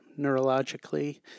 neurologically